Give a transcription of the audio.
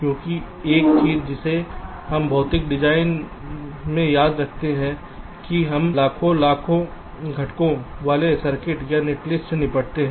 क्योंकि एक चीज जिसे हम भौतिक डिजाइन में याद करते हैं कि हम लाखों लाखों घटकों वाले सर्किट या नेटलिस्ट से निपटते हैं